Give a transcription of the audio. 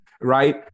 right